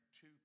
two